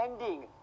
ending